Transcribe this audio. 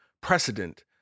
precedent